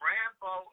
Rambo